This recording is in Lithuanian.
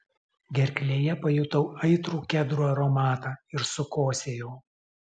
gerklėje pajutau aitrų kedrų aromatą ir sukosėjau